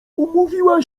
umówiła